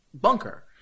bunker